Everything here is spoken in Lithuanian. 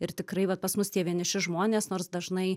ir tikrai vat pas mus tie vieniši žmonės nors dažnai